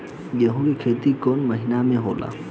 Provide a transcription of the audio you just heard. गेहूं के खेती कौन महीना में होला?